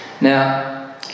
now